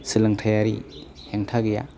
सोलोंथाइयारि हेंथा गैया